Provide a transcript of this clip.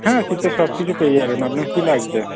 হ্যাঁ শীতের সব কিছু পেয়ে যাবেন আপনার কী লাগবে